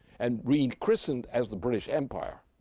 and rechristened as the british empire,